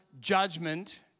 judgment